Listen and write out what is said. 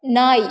நாய்